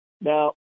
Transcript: Now